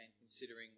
considering